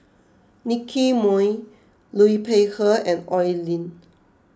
Nicky Moey Liu Peihe and Oi Lin